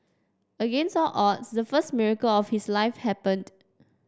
against all odds the first miracle of his life happened